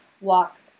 walk